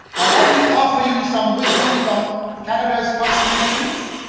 i want to offer you some wisdom from canada's first nations.